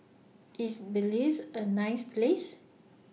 IS Belize A nice Place